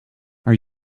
are